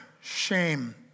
shame